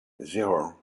zero